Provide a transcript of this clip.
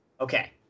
Okay